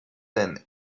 than